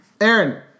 Aaron